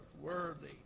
worthy